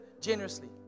generously